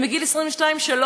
הם בגיל 22 23,